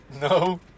no